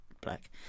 black